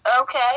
Okay